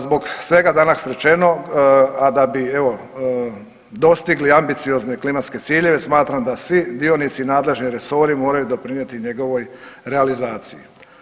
Zbog svega danas rečenog, a da bi evo dostigli ambiciozne klimatske ciljeve smatram da svi dionici i nadležni resori moraju doprinijeti njegovoj realizaciji.